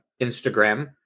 Instagram